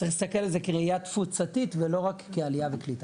צריך להסתכל על זה כראייה תפוצתית ולא רק כעלייה וקליטה.